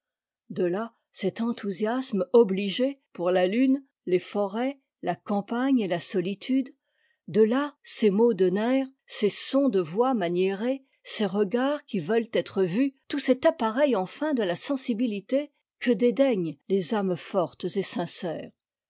de là cet enthousiasme obligé pour la lune les forêts la campagne et la solitude de là ces maux de nerfs ces sons de voix maniérés ces regards qui veulent être vus tout cet appareil enfin de la sensibilité que dédaignent les âmes fortes et sincères